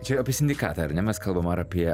čia apie sindikatą ar ne mes kalbam ar apie